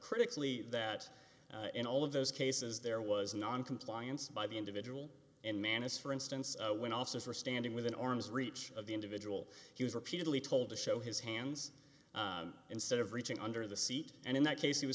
critically that in all of those cases there was noncompliance by the individual and man is for instance when also for standing within arm's reach of the individual he was repeatedly told to show his hands instead of reaching under the seat and in that case